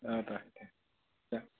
औ दे दे दे